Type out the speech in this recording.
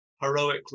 heroic